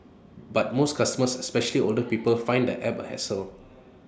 but most customers especially older people find the app A hassle